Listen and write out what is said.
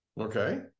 Okay